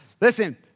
Listen